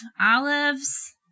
olives